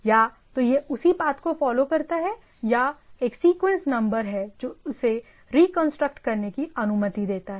या तो यह उसी पाथ को फॉलो करता है या एक सीक्वेंस नंबर है जो इसे रिकंस्ट्रक्ट करने की अनुमति देता है